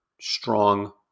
strong